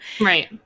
Right